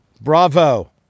Bravo